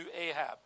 Ahab